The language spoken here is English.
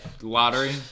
lottery